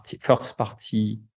first-party